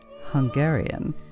Hungarian